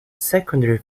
secondary